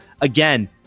again